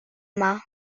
yma